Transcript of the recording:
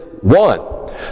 one